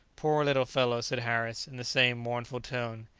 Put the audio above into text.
poor little fellow! said harris, in the same mournful tone.